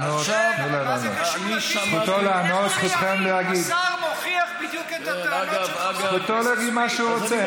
זה מראה בדיוק מה שרויטל אמרה.